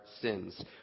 sins